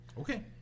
Okay